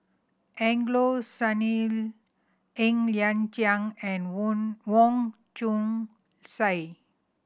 Angelo Sanelli Ng Liang Chiang and Wong Chong Sai